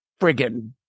friggin